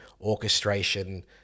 orchestration